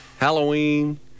Halloween